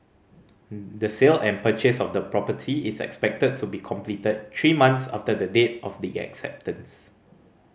the sale and purchase of the property is expected to be completed three months after the date of the acceptance